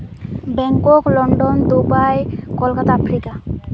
Bangkok London Dubai Kolkata Africa